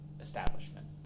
establishment